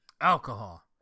Alcohol